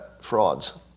frauds